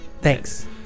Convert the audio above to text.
Thanks